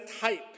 type